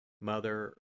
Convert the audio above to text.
Mother